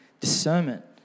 discernment